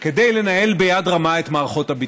כדי לנהל ביד רמה את מערכות הביטחון.